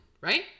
right